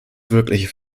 wirkliche